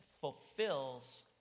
fulfills